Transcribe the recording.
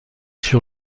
sur